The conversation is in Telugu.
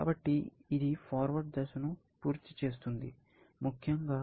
కాబట్టి ఇది ఫార్వర్డ్ దశను పూర్తి చేస్తుంది ముఖ్యంగా